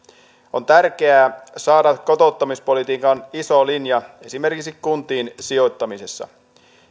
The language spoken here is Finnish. on tärkeää saada kotouttamispolitiikkaan iso linja esimerkiksi kuntiin sijoittamisessa